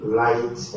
light